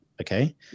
okay